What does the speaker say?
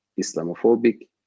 Islamophobic